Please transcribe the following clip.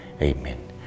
Amen